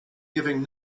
giving